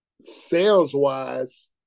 sales-wise